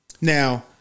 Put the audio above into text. Now